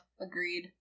Agreed